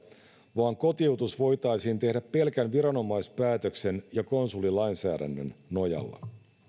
vaan kotiutus voitaisiin tehdä pelkän viranomaispäätöksen ja konsulilainsäädännön nojalla